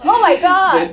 oh my god